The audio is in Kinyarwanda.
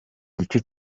gice